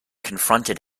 confronted